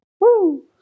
Woo